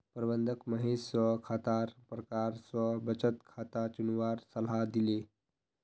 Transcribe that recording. प्रबंधक महेश स खातार प्रकार स बचत खाता चुनवार सलाह दिले